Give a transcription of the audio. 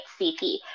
CP